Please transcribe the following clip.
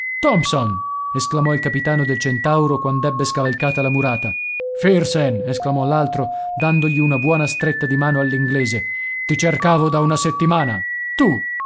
tompson esclamò il capitano del centauro quand'ebbe scavalcata la murata firsen esclamò l'altro dandogli una buona stretta di mano all'inglese ti cercavo da una settimana tu